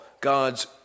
God's